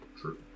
True